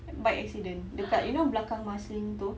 bike accident dekat you know belakang marsiling itu